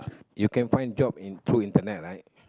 you can find job in through internet right